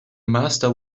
master